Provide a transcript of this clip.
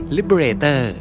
Liberator